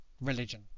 religion